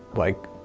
like,